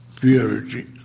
Purity